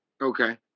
Okay